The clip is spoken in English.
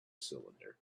cylinder